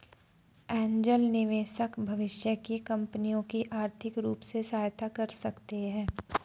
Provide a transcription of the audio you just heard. angel निवेशक भविष्य की कंपनियों की आर्थिक रूप से सहायता कर सकते हैं